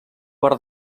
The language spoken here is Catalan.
per